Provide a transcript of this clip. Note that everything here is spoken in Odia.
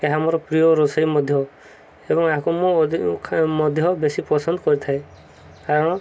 ଏହା ମୋର ପ୍ରିୟ ରୋଷେଇ ମଧ୍ୟ ଏବଂ ଏହାକୁ ମୁଁ ମଧ୍ୟ ବେଶୀ ପସନ୍ଦ କରିଥାଏ କାରଣ